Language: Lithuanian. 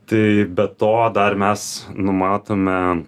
tai be to dar mes nu matome